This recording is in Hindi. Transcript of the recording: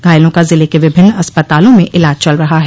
घायलों का जिले के विभिन्न अस्पतालों में इलाज चल रहा है